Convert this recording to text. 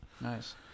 Nice